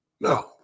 No